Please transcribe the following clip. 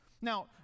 Now